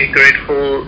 grateful